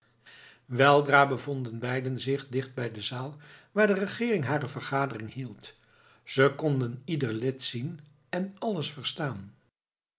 weldra bevonden beiden zich dicht bij de zaal waar de regeering hare vergadering hield ze konden ieder lid zien en alles verstaan